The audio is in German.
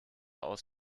aus